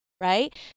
right